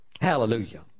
Hallelujah